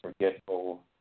forgetful